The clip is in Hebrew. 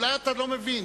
אולי אתה לא מבין,